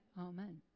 Amen